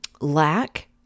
lack